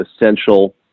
essential